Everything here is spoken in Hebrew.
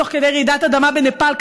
תוך כדי רעידת אדמה בנפאל.